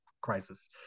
crisis